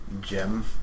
gem